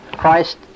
Christ